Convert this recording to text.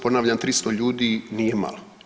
Ponavljam 300 ljudi nije malo.